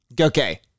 Okay